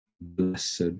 Blessed